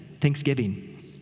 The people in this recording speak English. Thanksgiving